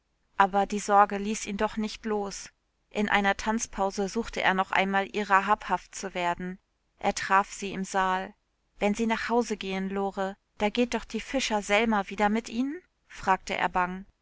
aber die sorge ließ ihn doch nicht los in einer tanzpause suchte er noch einmal ihrer habhaft zu werden er traf sie im saal wenn sie nach hause gehen lore da geht doch die fischer selma wieder mit ihnen fragte er bang